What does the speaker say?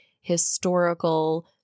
historical